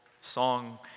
song